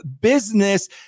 business